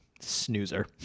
Snoozer